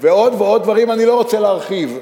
ועוד דברים, אני לא רוצה להרחיב.